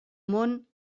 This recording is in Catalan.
món